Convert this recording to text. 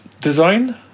design